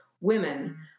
women